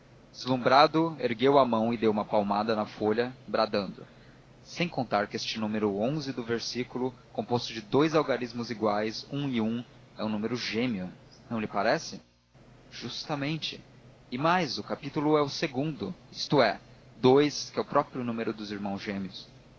deslumbrado ergueu a mão e deu uma palmada na folha bradando sem contar que este número do versículo composto de dous algarismos iguais um e um número gêmeo não lhe parece justamente e mais o capítulo é o segundo isto é dous que é o próprio número dos irmãos gêmeos